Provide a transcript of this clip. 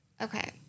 Okay